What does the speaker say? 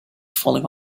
falling